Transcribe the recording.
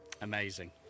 Amazing